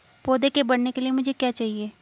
पौधे के बढ़ने के लिए मुझे क्या चाहिए?